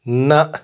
نہ